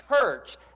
church